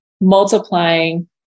multiplying